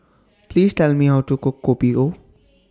Please Tell Me How to Cook Kopi O